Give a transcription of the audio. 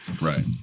Right